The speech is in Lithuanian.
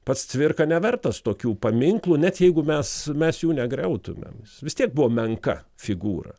pats cvirka nevertas tokių paminklų net jeigu mes mes jų negriautumėm vis tiek buvo menka figūra